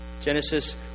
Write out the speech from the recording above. Genesis